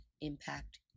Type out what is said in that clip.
impact